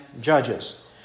judges